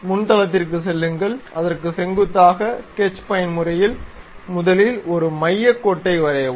முன் தளத்திற்குச் செல்லுங்கள் அதற்கு செங்குத்தாக ஸ்கெட்ச் பயன்முறையில் முதலில் ஒரு மையக் கோட்டை வரையவும்